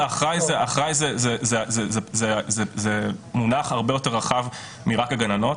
אין את זה בחוק העונשין,